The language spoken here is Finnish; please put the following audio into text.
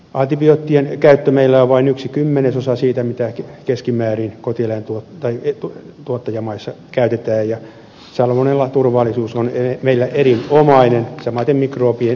antibioottien käyttö meillä on vain yksi kymmenesosa siitä mitä keskimäärin kotieläintuottajamaissa käytetään ja salmonellaturvallisuus on meillä erinomainen samaten mikrobinen turvallisuus